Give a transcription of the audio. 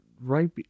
right